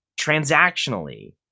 transactionally